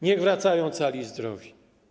Niech wracają cali i zdrowi.